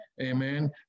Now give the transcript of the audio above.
Amen